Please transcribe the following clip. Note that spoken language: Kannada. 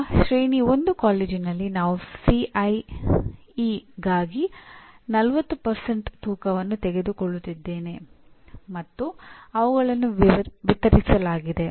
ಈಗ ಶ್ರೇಣಿ 1 ಕಾಲೇಜಿನಲ್ಲಿ ನಾನು ಸಿಐಇಗಾಗಿ 40 ತೂಕವನ್ನು ತೆಗೆದುಕೊಳ್ಳುತ್ತಿದ್ದೇನೆ ಮತ್ತು ಅವುಗಳನ್ನು ವಿತರಿಸಲಾಗಿದೆ